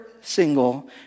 single